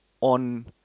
on